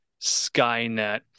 skynet